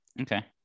Okay